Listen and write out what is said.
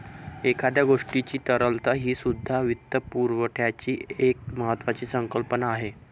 एखाद्या गोष्टीची तरलता हीसुद्धा वित्तपुरवठ्याची एक महत्त्वाची संकल्पना आहे